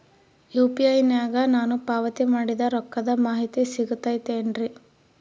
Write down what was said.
UPI ನಾಗ ನಾನು ಪಾವತಿ ಮಾಡಿದ ರೊಕ್ಕದ ಮಾಹಿತಿ ಸಿಗುತೈತೇನ್ರಿ?